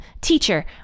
Teacher